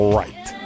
right